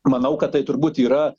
manau kad tai turbūt yra